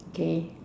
okay